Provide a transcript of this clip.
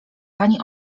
pani